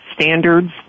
standards